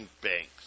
banks